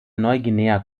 neuguinea